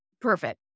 perfect